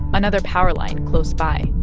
another powerline close by.